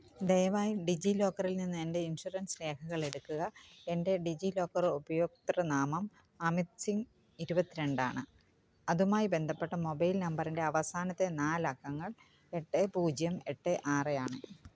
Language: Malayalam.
ദയവായി ഡിജി ലോക്കറിൽ നിന്ന് എൻ്റെ ഇൻഷുറൻസ് രേഖകളെടുക്കുക എൻ്റെ ഡിജി ലോക്കർ ഉപഭോക്തൃനാമം അമിത് സിംഗ് ഇരുപത് രണ്ടാണ് അതുമായി ബന്ധപ്പെട്ട മൊബൈൽ നമ്പറിന്റെ അവസാനത്തെ നാലക്കങ്ങൾ എട്ട് പൂജ്യം എട്ട് ആറ് ആണ്